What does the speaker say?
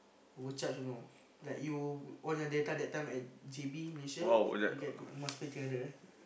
overcharge you know like you on your data that time at J_B Malaysia you get to must pay three hundred ah